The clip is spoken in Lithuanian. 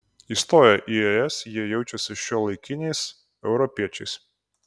įstoję į es jie jaučiasi šiuolaikiniais europiečiais